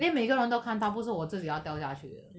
then 每个人都看到不是我自己要掉下去的